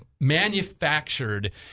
manufactured